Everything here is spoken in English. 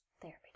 Therapy